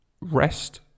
rest